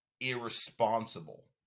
irresponsible